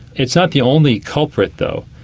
it's not the only culprit though,